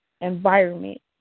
environment